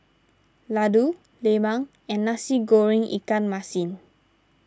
Laddu Lemang and Nasi Goreng Ikan Masin